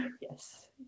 Yes